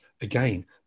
again